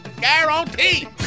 guarantee